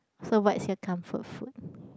so what's your comfort food